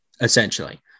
essentially